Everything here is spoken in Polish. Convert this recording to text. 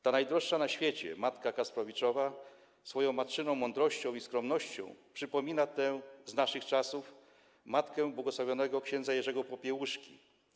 Ta najdroższa na świecie matka Kasprowicza swoją matczyną mądrością i skromnością przypomina tę z naszych czasów - matkę bł. ks. Jerzego Popiełuszki.